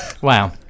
Wow